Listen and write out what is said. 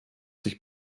sich